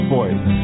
Voice